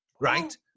right